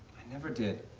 never did.